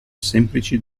semplici